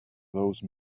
those